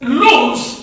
lose